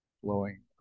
flowing